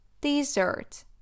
Dessert